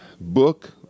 book